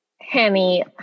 Henny